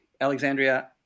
Alexandria